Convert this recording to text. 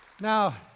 Now